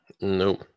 Nope